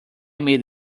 made